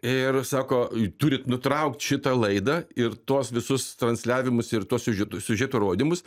ir sako turit nutraukt šitą laidą ir tuos visus transliavimus ir to siužet siužeto rodymus